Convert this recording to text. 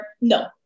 No